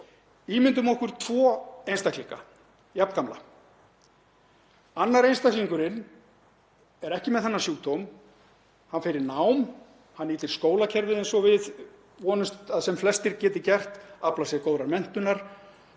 samhengi tvo einstaklinga, jafn gamla. Annar einstaklingurinn er ekki með þennan sjúkdóm, hann fer í nám, hann nýtir skólakerfið eins og við vonumst til að sem flestir geti gert og aflar sér góðrar menntunar.